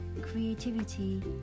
Creativity